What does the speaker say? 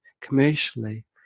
commercially